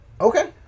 Okay